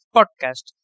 Podcast